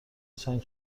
چند